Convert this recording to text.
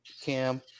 cam